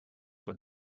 when